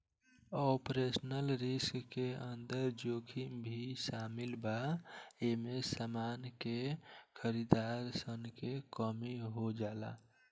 operational risk के अंदर जोखिम भी शामिल बा एमे समान के खरीदार सन के कमी हो जाला